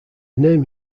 name